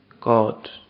God